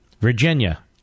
Virginia